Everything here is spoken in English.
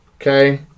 Okay